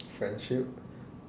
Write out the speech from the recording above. friendship